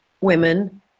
women